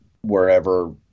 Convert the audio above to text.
wherever